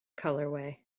colorway